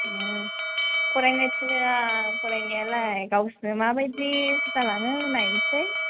फरायनो थिनो आं फरायनायालाय गावसो माबायदि जालाङो नायनिसै